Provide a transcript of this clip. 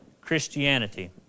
Christianity